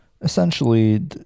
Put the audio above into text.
essentially